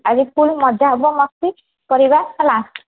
ଆଜି ଫୁଲ୍ ମଜା ହେବ ମସ୍ତି କରିବା ହେଲା